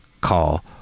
call